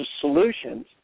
solutions